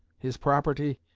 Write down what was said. his property,